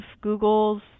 Google's